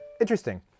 interesting